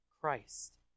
Christ